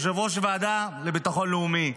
יושב-ראש הוועדה לביטחון לאומי,